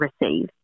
receive